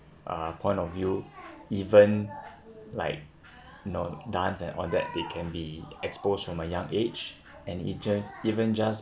uh point of view even like know dance and all that they can be exposed from a young age and it just even just